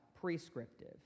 prescriptive